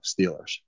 Steelers